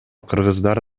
кыргыздар